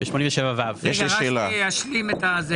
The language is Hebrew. רק שישלים.